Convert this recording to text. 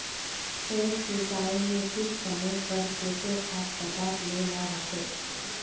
एक सिंचाई में किस समय पर केते खाद पदार्थ दे ला होते?